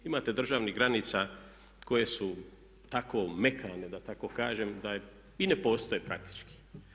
Imate državnih granica koje su tako mekane da tako kažem da i ne postoje praktički.